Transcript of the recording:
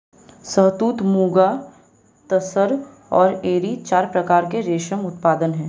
शहतूत, मुगा, तसर और एरी चार प्रकार के रेशम उत्पादन हैं